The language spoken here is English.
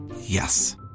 Yes